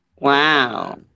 Wow